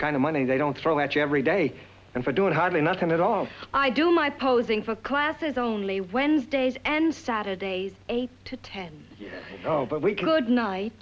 kind of money they don't throw at you every day and for doing hardly nothing at all i do my posing for classes only wednesdays and saturdays eight to ten but we could night